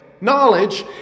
knowledge